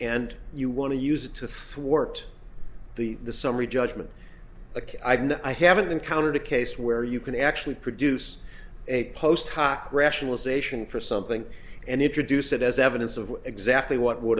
and you want to use it to thwart the the summary judgment and i haven't encountered a case where you can actually produce a post hoc rationalization for something and introduce it as evidence of exactly what would